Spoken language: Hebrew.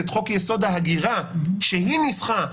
את חוק-יסוד: ההגירה שהיא ניסחה,